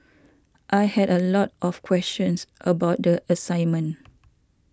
I had a lot of questions about the assignment